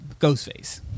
Ghostface